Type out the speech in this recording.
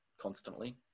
constantly